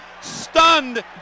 stunned